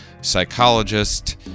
psychologist